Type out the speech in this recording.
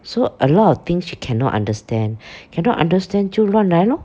so a lot of things she cannot understand cannot understand 就乱来 lor